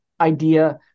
idea